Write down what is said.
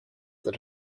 that